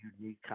unique